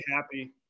happy